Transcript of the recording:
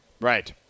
Right